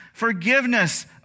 forgiveness